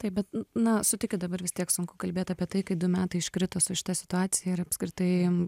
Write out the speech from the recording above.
taip bet na sutikit dabar vis tiek sunku kalbėt apie tai kai du metai iškrito su šita situacija ir apskritai